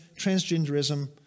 transgenderism